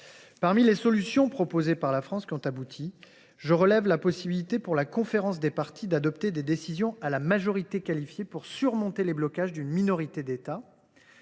Parmi les solutions proposées par la France qui ont abouti, relevons la possibilité, pour la conférence des parties, d’adopter des décisions à la majorité qualifiée pour surmonter les blocages d’une minorité d’États,